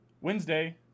Wednesday